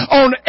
on